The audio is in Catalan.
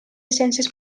ciències